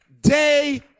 day